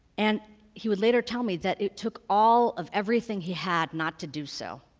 and he would later tell me that it took all of everything he had not to do so.